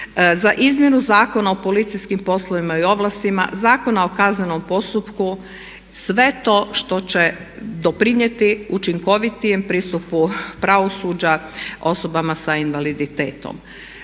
za izmjenu Zakona o policijskim poslovima i ovlastima, Zakona o kaznenom postupku, sve to što će doprinijeti učinkovitijem pristupu pravosuđa osobama s invaliditetom.